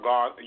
God